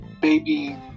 baby